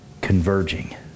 converging